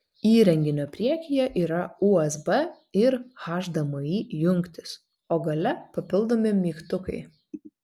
įrenginio priekyje yra usb ir hdmi jungtys o gale papildomi mygtukai